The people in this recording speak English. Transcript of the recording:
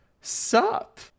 Sup